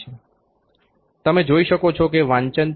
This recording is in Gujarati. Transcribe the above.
5 છે તમે જોઈ શકો છો કે વાંચન 3